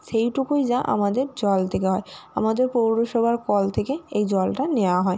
সেইটুকুই যা আমাদের জল থেকে হয় আমাদের পৌরসভার কল থেকে এই জলটা নেওয়া হয়